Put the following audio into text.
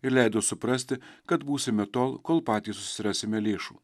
ir leido suprasti kad būsime tol kol patys susirasime lėšų